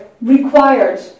required